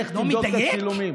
לך תבדוק בצילומים.